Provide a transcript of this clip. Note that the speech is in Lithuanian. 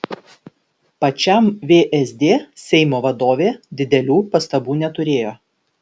pačiam vsd seimo vadovė didelių pastabų neturėjo